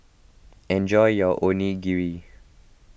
enjoy your Onigiri